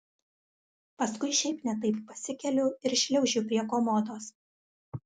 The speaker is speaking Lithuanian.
paskui šiaip ne taip pasikeliu ir šliaužiu prie komodos